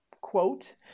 quote